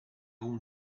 all